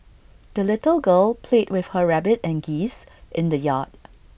the little girl played with her rabbit and geese in the yard